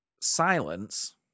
silence